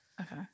Okay